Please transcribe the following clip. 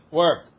work